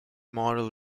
model